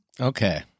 Okay